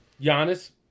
Giannis